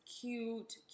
cute